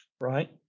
Right